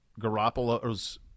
Garoppolo's